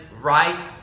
right